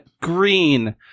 green